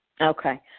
Okay